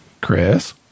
Chris